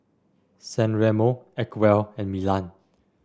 San Remo Acwell and Milan